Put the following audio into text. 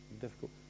difficult